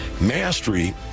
Mastery